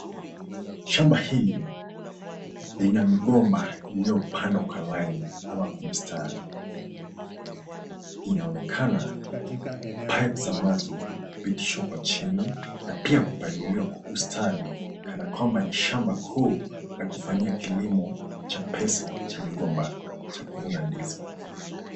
Shamba hili lina migomba iliyopandwa kwa line ama kwa mistari. Inaonekana pipes za maji kupitishwa kwa chini na pia kupaliliwa kwa ustadi, kanakwamba ni shamba kuu cha kufanyia kilimo cha mgomba cha kuvuna ndizi.